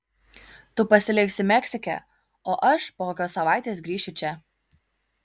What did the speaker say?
tu pasiliksi meksike o aš po kokios savaitės grįšiu čia